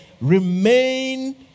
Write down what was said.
remain